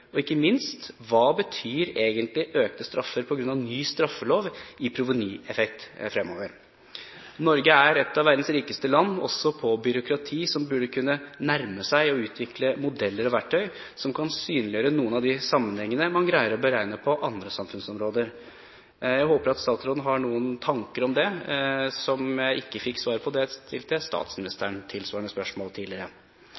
Og ikke minst: Hva betyr egentlig økte straffer på grunn av ny straffelov i provenyeffekt fremover? Norge er et av verdens rikeste land – også på byråkrati – og burde kunne nærme seg å utvikle modeller og verktøy som kan synliggjøre noen av de sammenhengene man greier å beregne på andre samfunnsområder. Jeg håper at statsråden har noen tanker om det, siden jeg ikke fikk svar på det da jeg stilte